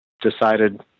decided